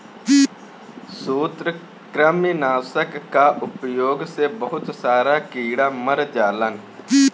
सूत्रकृमि नाशक कअ उपयोग से बहुत सारा कीड़ा मर जालन